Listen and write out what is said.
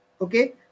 Okay